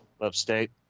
upstate